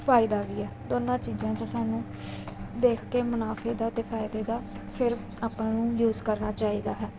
ਫ਼ਾਇਦਾ ਵੀ ਹੈ ਦੋਨਾਂ ਚੀਜ਼ਾਂ 'ਚੋਂ ਸਾਨੂੰ ਦੇਖ ਕੇ ਮੁਨਾਫ਼ੇ ਦਾ ਅਤੇ ਫ਼ਾਇਦੇ ਦਾ ਫਿਰ ਆਪਾਂ ਨੂੰ ਜੂਸ ਕਰਨਾ ਚਾਹੀਦਾ